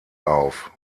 auf